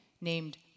named